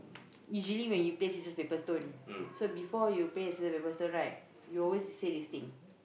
usually when you play scissors paper stone so before you play the scissors paper stone right you always say this thing